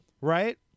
right